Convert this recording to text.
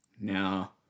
now